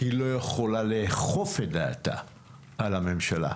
היא לא יכולה לכפות את דעתה על הממשלה,